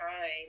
time